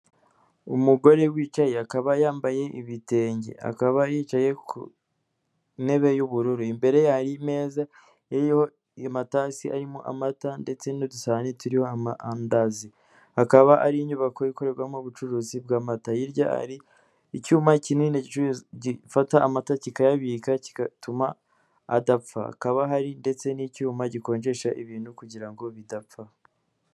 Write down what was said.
Umugore wicaye, akaba yambaye ibitenge, akaba yicaye ku ntebe y'ubururu, imbere ye hari imeza iriho amatasi arimo amata, ndetse n'udusahane turiho amandazi, akaba ari inyubako ikorerwamo ubucuruzi bw'amata, hirya hari icyuma kinini gifata amata, kikayabika, kigatuma adapfa, hakaba hari ndetse n'icyuma gikonjesha ibintu kugira ngo bidapfa.